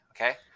okay